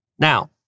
Now